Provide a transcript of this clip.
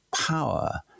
power